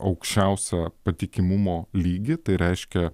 aukščiausią patikimumo lygį tai reiškia